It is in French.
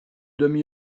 demi